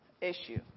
issue